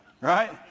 Right